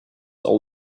all